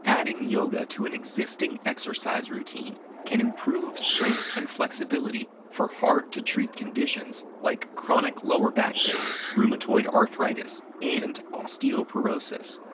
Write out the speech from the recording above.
adding yoga to an existing exercise routine can improve strength and flexibility for hard to treat conditions like chronic lower back pain, rheumatoid arthritis, and osteoporosis.